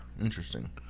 Interesting